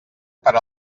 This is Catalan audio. per